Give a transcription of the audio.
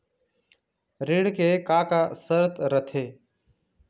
ऋण के का का शर्त रथे?